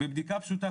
בבדיקה פשוטה,